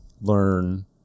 learn